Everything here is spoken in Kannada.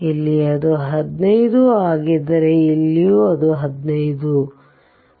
ಇಲ್ಲಿ ಅದು 15 ಆಗಿದ್ದರೆ ಇಲ್ಲಿಯೂ ಅದು 15 ಆಗಿದೆ